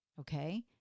Okay